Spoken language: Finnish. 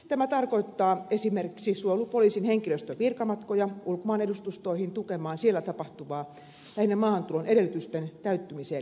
tämä tarkoittaa esimerkiksi suojelupoliisin henkilöstön virkamatkoja ulkomaanedustustoihin tukemaan siellä tapahtuvaa lähinnä maahantulon edellytysten täyttymiseen liittyvää harkintaa